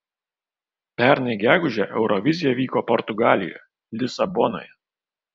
pernai gegužę eurovizija vyko portugalijoje lisabonoje